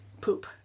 poop